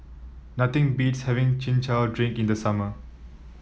nothing beats having Chin Chow Drink in the summer